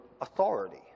authority